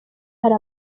hari